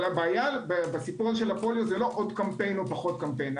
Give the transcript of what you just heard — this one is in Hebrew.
הבעיה בסיפור של הפוליו היא לא עוד קמפיין או פחות קמפיין.